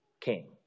king